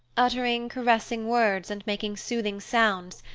uttering caressing words and making soothing sounds,